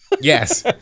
yes